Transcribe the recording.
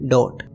Dot